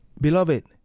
Beloved